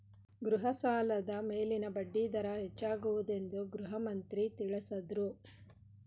ಗೃಹ ಸಾಲದ ಮೇಲಿನ ಬಡ್ಡಿ ದರ ಹೆಚ್ಚಾಗುವುದೆಂದು ಗೃಹಮಂತ್ರಿ ತಿಳಸದ್ರು